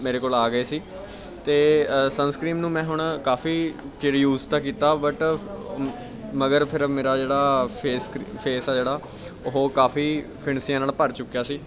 ਮੇਰੇ ਕੋਲ ਆ ਗਏ ਸੀ ਅਤੇ ਸੰਸਕ੍ਰੀਮ ਨੂੰ ਮੈਂ ਹੁਣ ਕਾਫੀ ਚਿਰ ਯੂਜ਼ ਤਾਂ ਕੀਤਾ ਬਟ ਮਗਰ ਫਿਰ ਮੇਰਾ ਜਿਹੜਾ ਫੇਸ ਕਰੀ ਫੇਸ ਆ ਜਿਹੜਾ ਉਹ ਕਾਫੀ ਫਿੰਣਸੀਆਂ ਨਾਲ ਭਰ ਚੁੱਕਿਆ ਸੀ